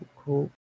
Cool